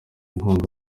inkunga